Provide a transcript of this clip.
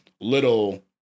little